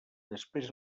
després